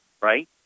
right